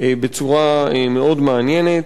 בצורה מאוד מעניינת.